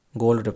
gold